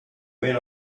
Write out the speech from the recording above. went